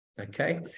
okay